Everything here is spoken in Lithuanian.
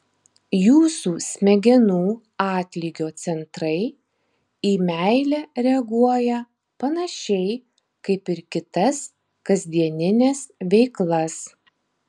jūsų smegenų atlygio centrai į meilę reaguoja panašiai kaip ir kitas kasdienines veiklas